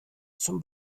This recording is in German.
zum